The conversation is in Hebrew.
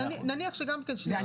נניח שגם 2%, מה יקרה אז?